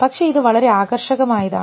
പക്ഷേ ഇത് വളരെ ആകർഷകമായതാണ്